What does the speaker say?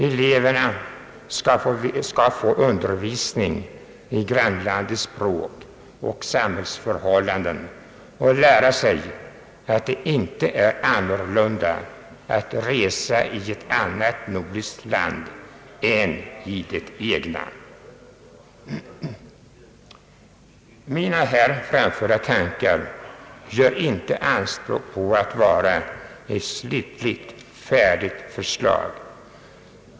Eleverna skall få undervisning i grannlandets språk och samhällsförhållanden samt lära sig att det inte är annorlunda att resa i ett annat nordiskt land än i det egna. Mina här framförda tankar gör inte anspråk på att vara ett slutligt, färdigt förslag.